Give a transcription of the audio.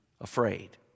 afraid